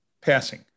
passing